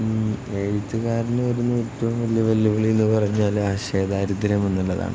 എഴുത്തുകാരന് വരുന്ന ഏറ്റവും വലിയ വെല്ലുവിളിയെന്ന് പറഞ്ഞാല് ആശയദാരിദ്ര്യമെന്നുള്ളതാണ്